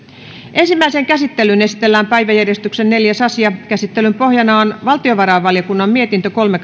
ensimmäiseen käsittelyyn esitellään päiväjärjestyksen neljäs asia käsittelyn pohjana on valtiovarainvaliokunnan mietintö kolme